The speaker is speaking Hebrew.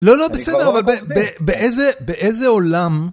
לא, לא, בסדר, אבל באיזה עולם...